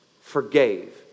forgave